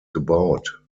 gebaut